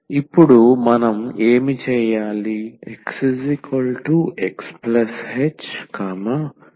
ఇప్పుడు మనం ఏమి చేయాలి